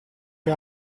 che